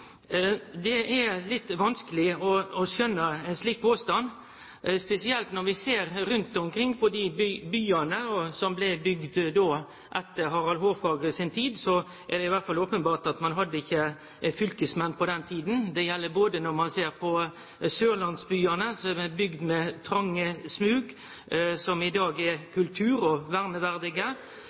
Det er litt vanskeleg å skjønne ein slik påstand, spesielt når vi ser rundt omkring i dei byane som blei bygde etter Harald Hårfagre si tid. Det er i alle fall openbert at ein ikkje hadde fylkesmenn på den tida. Det ser ein i sørlandsbyane, som er bygde med trange smau, som i dag er kultur og verneverdige.